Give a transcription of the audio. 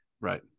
right